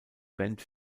band